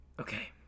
Okay